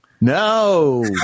No